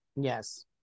Yes